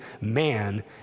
man